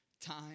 time